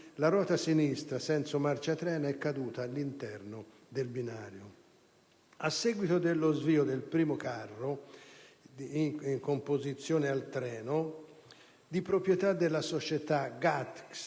la ruota sinistra senso di marcia treno è caduta all'interno del binario. A seguito dello svio del primo carro in composizione al treno, di proprietà della società GATX